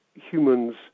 humans